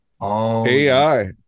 AI